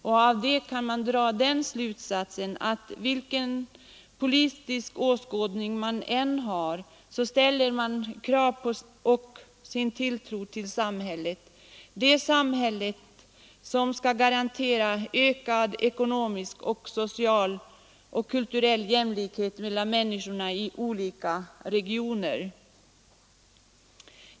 Därav kan man dra den slutsatsen att vilken politisk åskådning man än har ställer man krav på samhället, likaväl som man sätter sin tilltro till det. Det är samhället som skall garantera ökad ekonomisk, social och kulturell jämlikhet mellan människor i olika regioner.